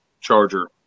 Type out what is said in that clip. Charger